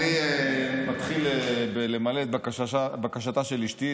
אני מתחיל בלמלא את בקשתה של אשתי,